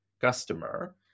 customer